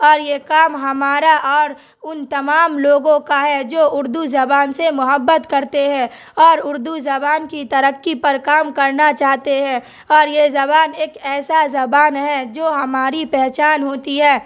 اور یہ کام ہمارا اور ان تمام لوگوں کا ہے جو اردو زبان سے محبت کرتے ہیں اور اردو زبان کی ترقی پر کام کرنا چاہتے ہیں اور یہ زبان ایک ایسا زبان ہے جو ہماری پہچان ہوتی ہے